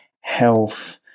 health